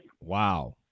Wow